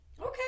Okay